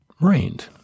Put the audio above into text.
rained